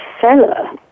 seller